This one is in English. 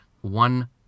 one